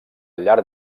llarg